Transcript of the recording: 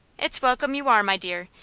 it's welcome you are, my dear,